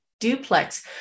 duplex